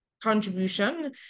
contribution